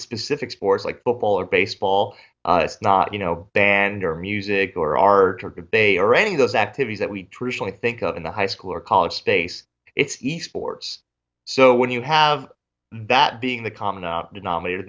specific sports like football or baseball it's not you know band or music or art or debate or any of those activities that we traditionally think of in the high school or college space it's the sports so when you have that being the common a denominator